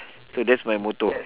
so that's my motto